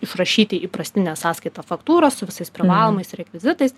išrašyti įprastinę sąskaitą faktūrą su visais privalomais rekvizitais